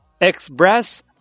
Express